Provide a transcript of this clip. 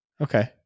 Okay